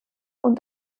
und